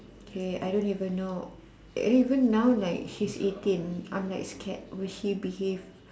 okay I don't even know even now like she's eighteen I'm like scared will she behave